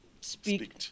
Speak